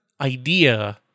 idea